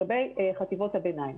לגבי חטיבות הביניים,